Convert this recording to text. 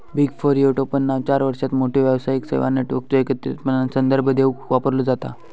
big four ह्यो टोपणनाव चार सर्वात मोठ्यो व्यावसायिक सेवा नेटवर्कचो एकत्रितपणान संदर्भ देवूक वापरलो जाता